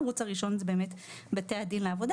הערוץ הראשון הוא בתי הדין לעבודה